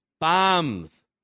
bombs